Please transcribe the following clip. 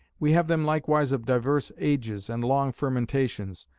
we have them likewise of divers ages, and long fermentations.